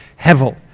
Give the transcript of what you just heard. hevel